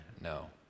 no